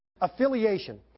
affiliation